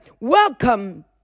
Welcome